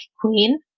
queen